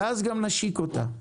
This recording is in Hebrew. ואז גם נשיק אותה.